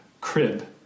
crib